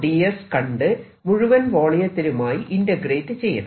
ds കണ്ട് മുഴുവൻ വോളിയത്തിലുമായി ഇന്റഗ്രേറ്റ് ചെയ്യണം